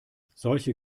solche